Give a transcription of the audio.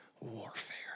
warfare